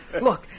Look